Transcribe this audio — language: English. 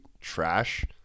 trash